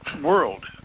world